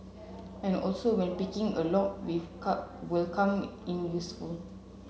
and also when picking a lock will come in useful